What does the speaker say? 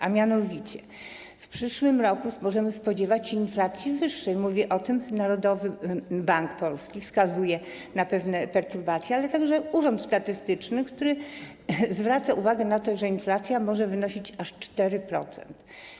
A mianowicie w przyszłym roku możemy spodziewać się wyższej inflacji, mówi o tym Narodowy Bank Polski, wskazując na pewne perturbacje, ale także urząd statystyczny, który zwraca uwagę na to, że inflacja może wynosić aż 4%.